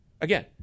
Again